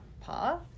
path